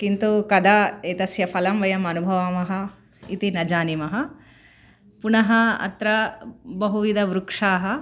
किन्तु कदा एतस्य फलं वयम् अनुभवामः इति न जानीमः पुनः अत्र बहुविधवृक्षाः